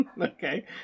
Okay